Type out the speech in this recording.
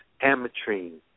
ametrine